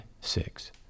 six